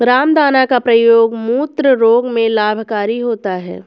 रामदाना का प्रयोग मूत्र रोग में लाभकारी होता है